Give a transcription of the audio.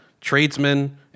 tradesmen